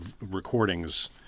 Recordings